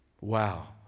Wow